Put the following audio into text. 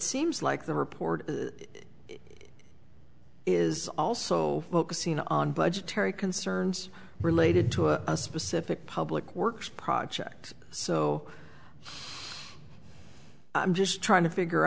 seems like the report it is also focusing on budgetary concerns related to a specific public works project so i'm just trying to figure